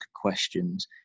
questions